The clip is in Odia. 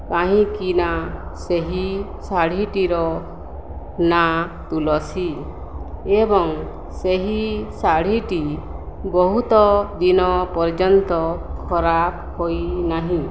କାହିଁକିନା ସେହି ଶାଢ଼ୀଟିର ନାଁ ତୁଳସୀ ଏବଂ ସେହି ଶାଢ଼ୀଟି ବହୁତ ଦିନ ପର୍ଯ୍ୟନ୍ତ ଖରାପ ହୋଇନାହିଁ